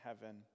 heaven